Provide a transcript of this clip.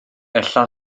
ella